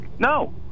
No